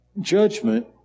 judgment